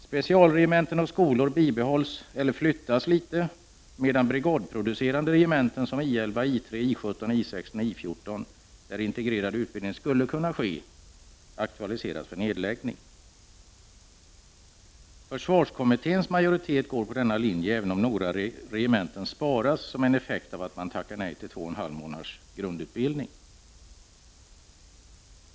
Specialregementen och skolor bibehålls eller flyttas litet, medan brigadproducerande regementen som I 11, I 3, I 17, I 16 och I 14, där integrerad utbildning skulle kunna ske, blir aktuella för en nedläggning. Försvarskommitténs majoritet ansluter sig till denna linje, även om några regementen sparas som en effekt av att man tackar nej till två och en halv månads grund utbildning.